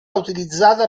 utilizzata